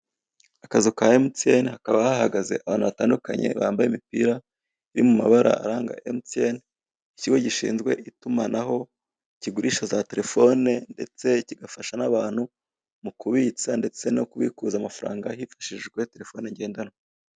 Akazu ka mtn hakaba hahagaze abantu batandukanye bambaye imipira iri mu mabara aranga mtn, ikigo gishinzwe itumanaho kigurisha za terefoni ndetse kigafasha n'abantu mu kubitsa ndetse no kubikuza amafaranga hifashijijwe terefoni ngendanwa.